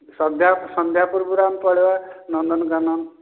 ସନ୍ଧ୍ୟା ସନ୍ଧ୍ୟା ପୂର୍ବରୁ ଆମେ ପଳେଇବା ନନ୍ଦନକାନନ